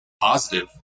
positive